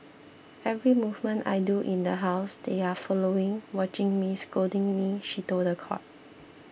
every movement I do in the house they are following watching me scolding me she told the court